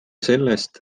sellest